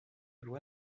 loi